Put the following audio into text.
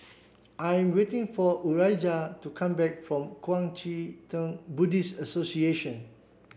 I'm waiting for Urijah to come back from Kuang Chee Tng Buddhist Association